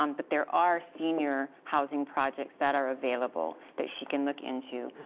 um but there are senior housing projects that are available. that she can look into.